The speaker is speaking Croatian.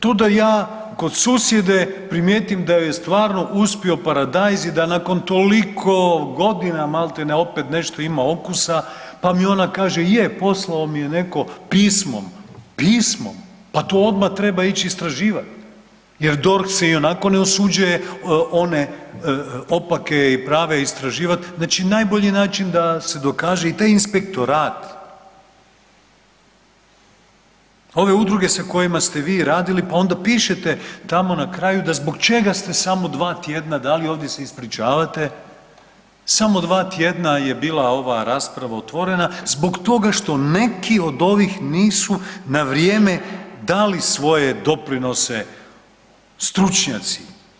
To da ja kod susjede primijetim da joj je stvarno uspio paradajz i da nakon toliko godina malte ne opet nešto ima okusa, pa mi ona kaže je poslao mi je neko pismom, pismom, pa to odma treba ić istraživat jer DORH se ionako ne usuđuje one opake i prave istraživat, znači najbolji način da se dokaže i taj inspektorat, ove udruge sa kojima ste vi radili, pa onda pišete tamo na kraju da zbog čega ste samo dva tjedna dali, ovdje se ispričavate, samo dva tjedna je bila ova rasprava otvorena zbog toga što neki od ovih nisu na vrijeme dali svoje doprinose, stručnjaci.